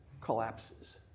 collapses